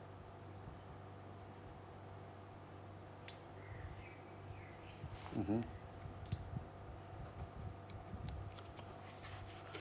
mmhmm